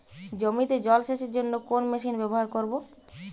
জমিতে জল সেচের জন্য কোন মেশিন ব্যবহার করব?